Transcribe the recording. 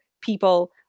people